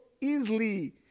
easily